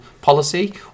policy